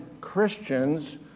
Christians